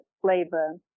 flavor